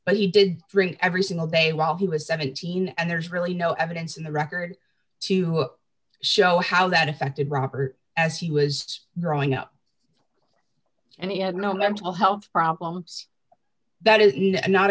but he did drink every single day while he was seventeen and there's really no evidence in the record to hook show how that affected robert as he was growing up and he had no mental health problems that